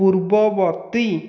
ପୂର୍ବବର୍ତ୍ତୀ